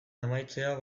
amaitzea